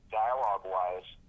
dialogue-wise